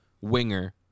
winger